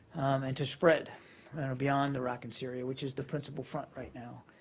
and to spread beyond iraq and syria, which is the principal front right now.